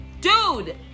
dude